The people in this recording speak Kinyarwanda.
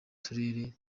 turere